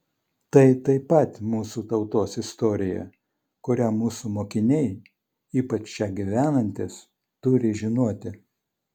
tai taip pat mūsų tautos istorija kurią mūsų mokiniai ypač čia gyvenantys turi žinoti